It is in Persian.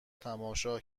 تماشا